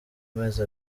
amezi